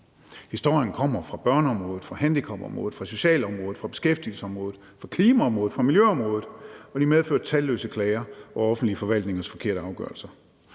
Historierne kommer fra børneområdet, fra handicapområdet, fra socialområdet, fra beskæftigelsesområdet, fra klimaområdet, fra miljøområdet, og de medfører talløse klager over offentlige forvaltningers forkerte afgørelser.